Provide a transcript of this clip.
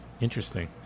Interesting